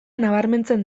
nabarmentzen